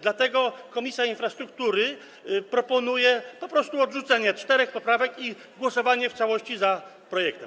Dlatego Komisja Infrastruktury proponuje po prostu odrzucenie czterech poprawek i głosowanie nad całością projektu.